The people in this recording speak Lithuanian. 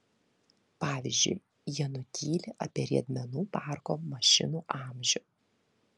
pavyzdžiui jie nutyli apie riedmenų parko mašinų amžių